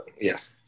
Yes